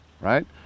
right